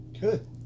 Good